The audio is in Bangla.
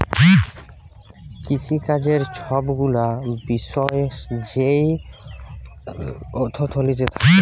কিসিকাজের ছব গুলা বিষয় যেই অথ্থলিতি থ্যাকে